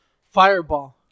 Fireball